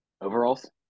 Overalls